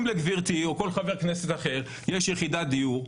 אם לגברתי או לכל חבר כנסת אחר יש יחידת דיור,